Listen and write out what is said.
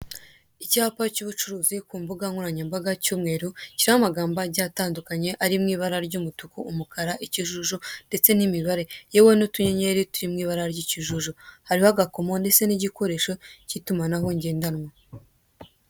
Icyapa cy'ubucuruzi ku mbuga nkoranyambaga cy'umweru; kiriho amagambo agiye atandukanye ari mu ibara ry'umutuku, umukara, ikijuju ndetse n'imibare, yewe n'utunyenyeri turi mu ibara ry'ikijuju; hariho agakomo ndetse n'igikoresho cy'itumanaho ngendanwa.